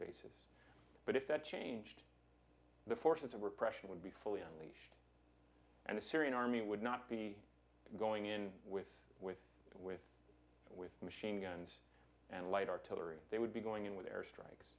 bases but if that changed the forces of repression would be fully unleashed and the syrian army would not be going in with with with with machine guns and light artillery they would be going in with air strikes